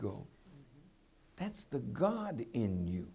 ego that's the god in you